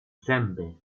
zęby